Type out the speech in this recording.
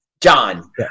John